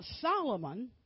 Solomon